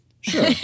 Sure